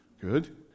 Good